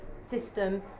system